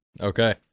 Okay